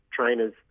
trainers